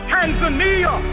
Tanzania